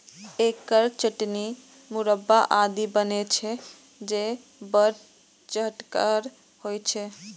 एकर चटनी, मुरब्बा आदि बनै छै, जे बड़ चहटगर होइ छै